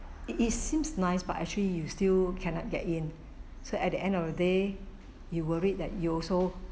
it it seems nice but actually you still cannot get in so at the end of the day you worried that you also